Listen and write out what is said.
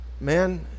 man